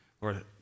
Lord